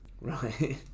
Right